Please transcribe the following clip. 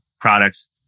products